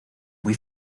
muy